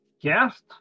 Guest